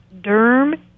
Derm